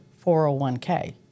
401k